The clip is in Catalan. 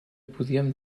podíem